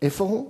איפה הוא?